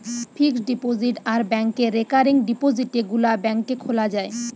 fixed deposit আর ব্যাংকে recurring ডিপোজিটে গুলা ব্যাংকে খোলা যায়